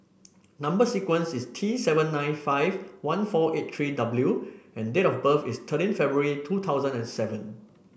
number sequence is T seven nine five one four eight three W and date of birth is thirteen February two thousand and seven